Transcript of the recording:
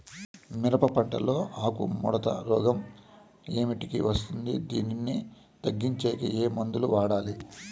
మిరప పంట లో ఆకు ముడత రోగం ఏమిటికి వస్తుంది, దీన్ని తగ్గించేకి ఏమి మందులు వాడాలి?